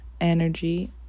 Energy